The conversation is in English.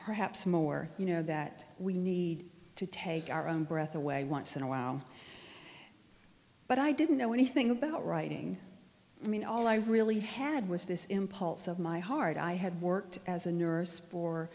perhaps more you know that we need to take our own breath away once in a while but i didn't know anything about writing i mean all i really had was this impulse of my heart i had worked as a nurse for